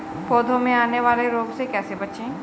पौधों में आने वाले रोग से कैसे बचें?